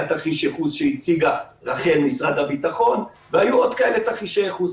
היה תרחיש ייחוס שהציגה רח"ל במשרד הביטחון והיו עוד כאלה תרחישי ייחוס.